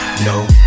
No